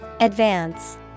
Advance